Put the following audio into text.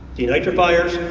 the denitrifiers,